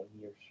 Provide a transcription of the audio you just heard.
years